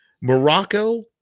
Morocco